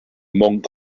monk